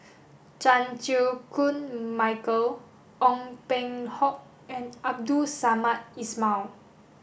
Chan Chew Koon Michael Ong Peng Hock and Abdul Samad Ismail